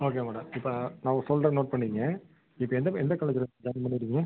okay madam இப்போ நான் ஒன்று சொல்றேன் நோட் பண்ணிக்கோங்க இப்போ எந்த ப எந்த காலேஜில் ஜாயின் பண்ணியிருக்கீங்க